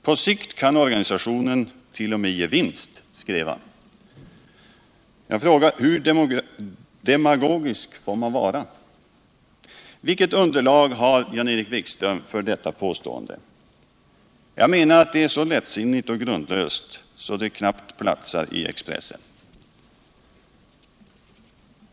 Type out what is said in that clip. ”På sikt kan omorganisationen t.o.m. ge vinster” , skrev han. Jag frågar: Hur demagogisk får man vara? Vilket underlag har Jan-Erik Wikström för detta påstående? Jag menar att det är så lättsinnigt och grundlöst att det knappt tas in i Expressen.